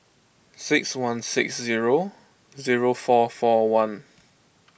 six one six zero zero four four one